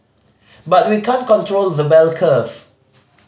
but we can't control the bell curve